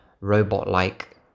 robot-like